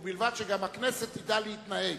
ובלבד שגם הכנסת תדע להתנהל.